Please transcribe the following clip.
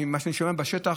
ממה שאני שומע בשטח,